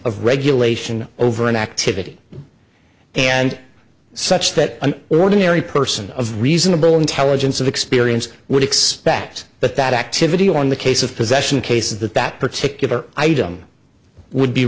of regulation over an activity and such that an ordinary person of reasonable intelligence of experience would expect that that activity on the case of possession case that that particular item would be